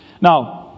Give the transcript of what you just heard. Now